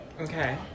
Okay